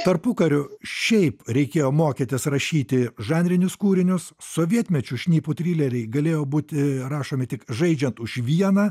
tarpukariu šiaip reikėjo mokytis rašyti žanrinius kūrinius sovietmečiu šnipų trileriai galėjo būti rašomi tik žaidžiant už vieną